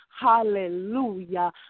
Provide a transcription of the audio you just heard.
Hallelujah